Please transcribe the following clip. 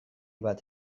bat